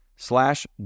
slash